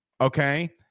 okay